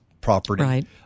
property